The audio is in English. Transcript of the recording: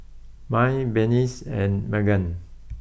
Mai Berniece and Meggan